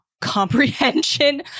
comprehension